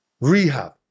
rehab